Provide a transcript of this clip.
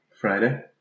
Friday